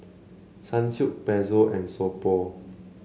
Sunsilk Pezzo and So Pho